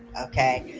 okay,